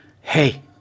Hey